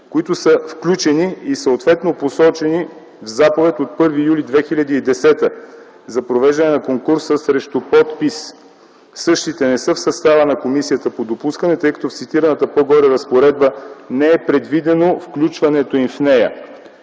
които са включени и съответно посочени в заповед от 1 юли 2010 г. за провеждане на конкурса срещу подпис. Същите не са в състава на комисията по допускане, тъй като в цитираната по-горе разпоредба не е предвидено включването им в нея.